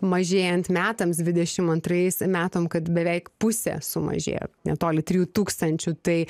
mažėjant metams dvidešimt antrais metam kad beveik pusė sumažėjo netoli trijų tūkstančių tai